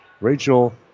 Rachel